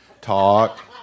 talk